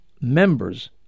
members